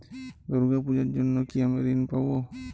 দুর্গা পুজোর জন্য কি আমি ঋণ পাবো?